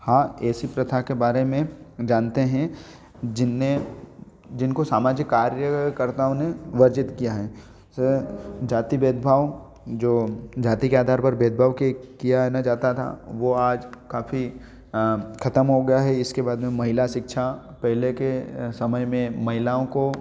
हाँ ऐसी प्रथा के बारे में जानते हैं जिसमें सामाजिक कार्य कर्ताओं ने वर्जित किया हैं ऐसे जाति भेदभाव जो जाति के अधार पर भेदभाव के किया न जाता था वो आज काफी खत्म हो गया है इसके बाद में महिला शिक्षा पहले के समय में महिलाओं को